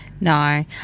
No